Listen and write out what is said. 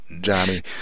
Johnny